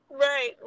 Right